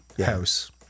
house